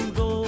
go